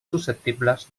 susceptibles